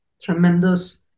tremendous